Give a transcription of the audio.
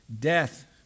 death